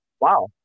wow